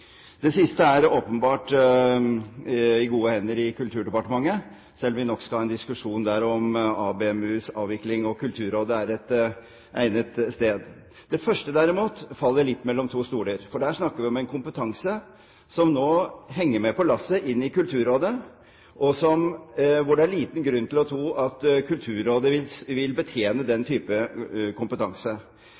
Det siste er åpenbart i gode hender i Kulturdepartementet, selv om vi nok skal ha en diskusjon der om ABMUs avvikling og om Kulturrådet er et egnet sted. Det første, derimot, faller litt mellom to stoler, for der snakker vi om en kompetanse som nå henger med på lasset inn i Kulturrådet, og det er liten grunn til å tro at Kulturrådet vil betjene den typen kompetanse.